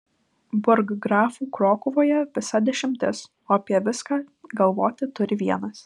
burggrafų krokuvoje visa dešimtis o apie viską galvoti turi vienas